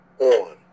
on